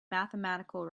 mathematical